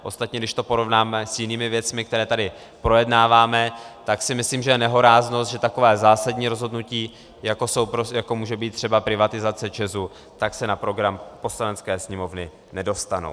Ostatně když to porovnáme s jinými věcmi, které tady projednáváme, tak si myslím, že je nehoráznost, že taková zásadní rozhodnutí, jako může být třeba privatizace ČEZu, se na program Poslanecké sněmovny nedostanou.